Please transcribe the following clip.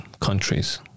countries